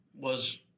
was-